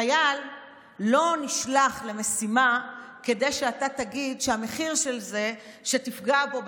חייל לא נשלח למשימה כדי שאתה תגיד שהמחיר של זה הוא שתפגע בו,